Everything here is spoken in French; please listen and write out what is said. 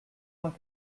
vingt